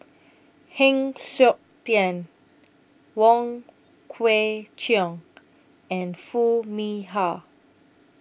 Heng Siok Tian Wong Kwei Cheong and Foo Mee Har